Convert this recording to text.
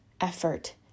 effort